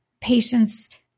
patients